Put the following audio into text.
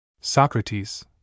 Socrates